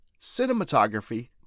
cinematography